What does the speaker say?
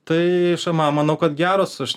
tai šamam manau kad geros aš